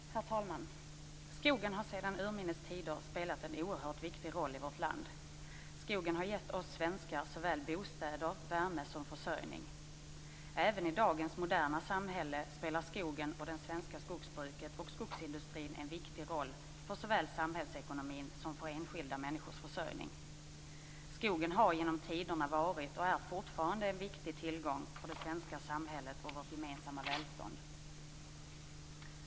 Herr talman! Skogen har sedan urminnes tider spelat en oerhört viktig roll i vårt land. Skogen har gett oss svenskar såväl bostäder, värme som försörjning. Även i dagens moderna samhälle spelar skogen och det svenska skogsbruket och skogsindustrin en viktig roll för såväl samhällsekonomin som för enskilda människors försörjning. Skogen har genom tiderna varit och är fortfarande en viktig tillgång för det svenska samhället och vårt gemensamma välstånd.